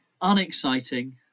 unexciting